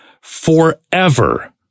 forever